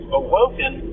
awoken